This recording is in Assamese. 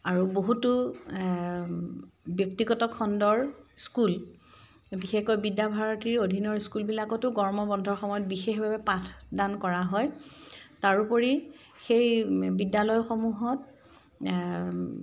আৰু বহুতো ব্যক্তিগত খণ্ডৰ স্কুল বিশেষকৈ বিদ্যাভাৰতীৰ অধীনৰ স্কুলবিলাকতো গৰমৰ বন্ধৰ সময়ত বিশেষভাৱে পাঠদান কৰা হয় তাৰোপৰি সেই বিদ্যালয়সমূহত